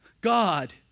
God